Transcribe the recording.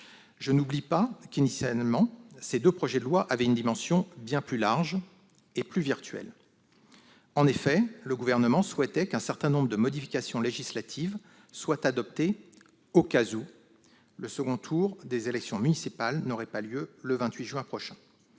ses conséquences. Initialement, ces deux projets de loi avaient une portée bien plus large et plus virtuelle. Le Gouvernement souhaitait en effet qu'un certain nombre de modifications législatives soient adoptées « au cas où » le second tour des élections municipales n'aurait pas lieu le 28 juin prochain.